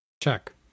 Check